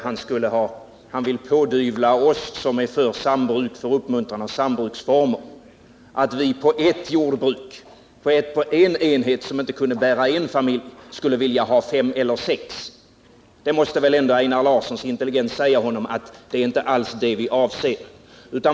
Han ville pådyvla oss som är för uppmuntrandet av sambruksformer att vi på en enhet som inte kunde bära en familj skulle vilja ha fem eller sex familjer. Det måste väl ändå Einar Larssons intelligens säga honom att det inte alls är det som vi avser.